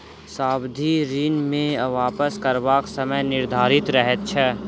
सावधि ऋण मे वापस करबाक समय निर्धारित रहैत छै